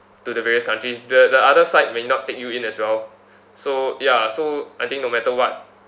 to the various countries the the other side may not take you in as well so ya so I think no matter what